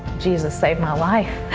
jesus saved my life.